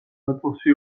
ნაწილში